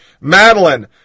Madeline